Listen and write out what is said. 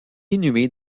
inhumé